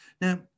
Now